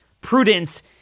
prudence